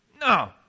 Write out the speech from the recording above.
No